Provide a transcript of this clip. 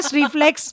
reflex